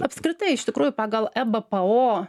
apskritai iš tikrųjų pagal ebpo